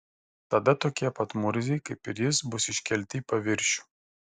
tada tokie pat murziai kaip ir jis bus iškelti į paviršių